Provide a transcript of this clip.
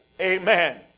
Amen